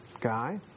guy